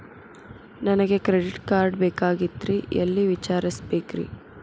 ನನಗೆ credit card ಬೇಕಾಗಿತ್ರಿ ಎಲ್ಲಿ ವಿಚಾರಿಸಬೇಕ್ರಿ?